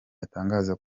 atangaza